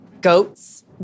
goats